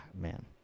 man